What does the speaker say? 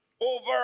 Over